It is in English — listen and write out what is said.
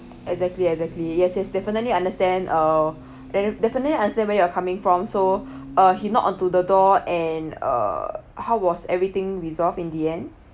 exactly exactly yes yes definitely I understand err def~ definitely I understand where you are coming from so uh he knock onto the door and uh how was everything resolved in the end